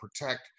protect